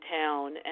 town